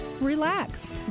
relax